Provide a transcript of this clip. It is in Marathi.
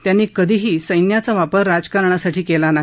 त्यांनी कधीही सैन्याचा वापर राजकारणासाठी केला नाही